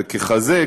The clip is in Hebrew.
וככזה,